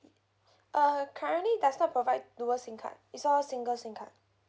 uh currently does not provide dual SIM card it's always single SIM card